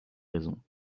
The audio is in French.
raisons